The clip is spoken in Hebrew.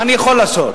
מה אני יכול לעשות?